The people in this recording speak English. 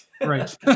right